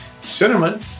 cinnamon